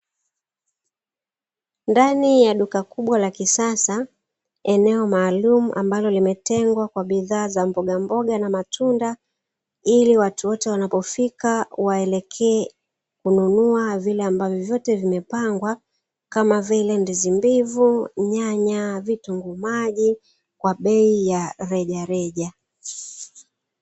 Ndani ya duka kubwa la kisasa, eneo maalumu ambalo limetengwa kwa bidhaa za mbogamboga na matunda ili watu wote wanapofika waelekee kununua vile ambavyo vyote vimepangwa kama vile ndizi mbivu, nyanya, vitunguu maji, kwa bei ya rejareja.